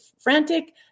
frantic